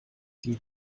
die